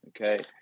Okay